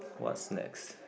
what's next